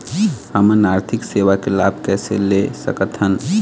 हमन आरथिक सेवा के लाभ कैसे ले सकथन?